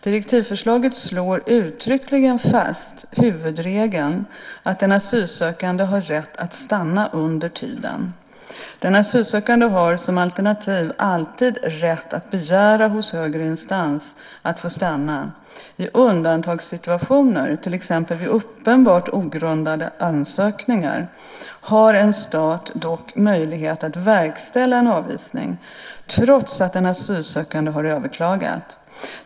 Direktivförslaget slår uttryckligen fast huvudregeln att den asylsökande har rätt att stanna under tiden. Den asylsökande har som alternativ alltid rätt att begära hos högre instans att få stanna. I undantagssituationer - till exempel vid uppenbart ogrundade ansökningar - har en stat dock möjlighet att verkställa en avvisning trots att den asylsökande har överklagat.